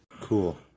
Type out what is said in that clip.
Cool